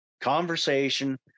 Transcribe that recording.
Conversation